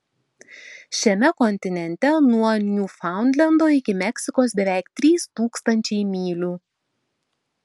šiame kontinente nuo niūfaundlendo iki meksikos beveik trys tūkstančiai mylių